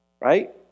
right